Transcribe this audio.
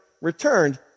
returned